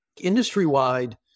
industry-wide